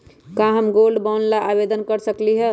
का हम gold bond ला आवेदन कर सकली ह?